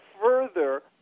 further